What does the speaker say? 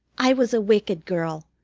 i was a wicked girl.